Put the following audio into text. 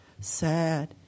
sad